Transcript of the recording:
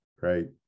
right